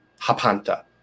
Hapanta